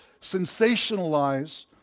sensationalize